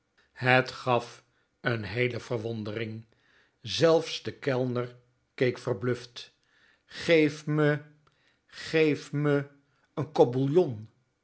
het gaf een heele verwondering zelfs de kelner keek verbluft geef me geef me n kop bouillon